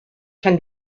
can